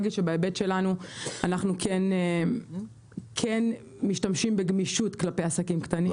להגיד שבהיבט שלנו אנחנו משתמשים בגמישות כלפי עסקים קטנים.